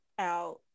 out